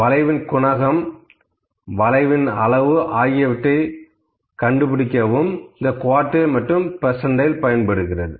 வளைவின் குணகம் வளைவின் அளவு ஆகியவற்றை கணக்கிடவும் இந்த குவார்டைல் மற்றும் பர்சன்டைல் ஆகியவை பயன்படுகிறது